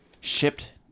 Shipped